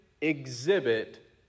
exhibit